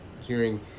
hearing